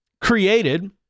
created